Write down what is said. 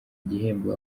igihembo